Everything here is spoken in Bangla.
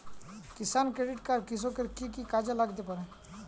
কিষান ক্রেডিট কার্ড কৃষকের কি কি কাজে লাগতে পারে?